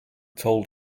told